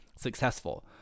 successful